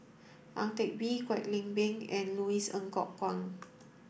Ang Teck Bee Kwek Leng Beng and Louis Ng Kok Kwang